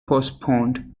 postponed